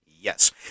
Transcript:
yes